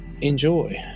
enjoy